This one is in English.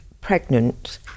pregnant